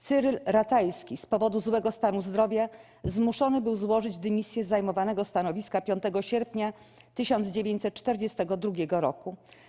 Cyryl Ratajski, z powodu złego stanu zdrowia, zmuszony był złożyć dymisję z zajmowanego stanowiska 5 sierpnia 1942 roku.